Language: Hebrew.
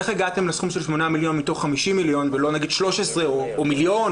איך הגעתם לסכום של 8 מיליון מתוך 50 מיליון ולא נגיד 13 או מיליון,